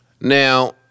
Now